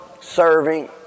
serving